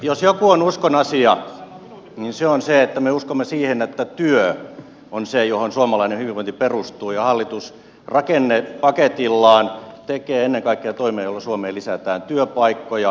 jos joku on uskonasia niin se että me uskomme siihen että työ on se johon suomalainen hyvinvointi perustuu ja hallitus rakennepaketillaan tekee ennen kaikkea toimia joilla suomeen lisätään työpaikkoja parannetaan kilpailukykyä